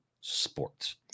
sports